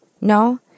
No